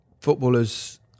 footballers